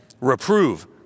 reprove